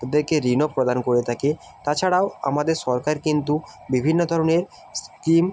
তাদেরকে ঋণও প্রদান করে থাকে তাছাড়াও আমাদের সরকার কিন্তু বিভিন্ন ধরনের স্কিম